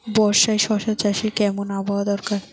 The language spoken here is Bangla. বর্ষার শশা চাষে কেমন আবহাওয়া দরকার?